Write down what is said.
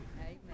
Amen